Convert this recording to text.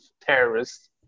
terrorists